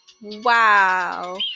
Wow